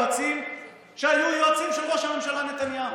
יועצים שהיו יועצים של ראש הממשלה נתניהו